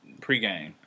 pregame